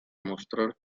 mostrar